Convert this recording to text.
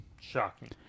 Shocking